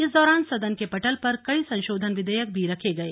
इस दौरान सदन के पटल पर कई संशोधन विधेयक भी रखे गए